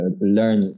learn